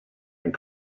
and